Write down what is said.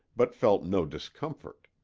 but felt no discomfort.